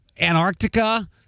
Antarctica